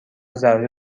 ضروری